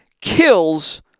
kills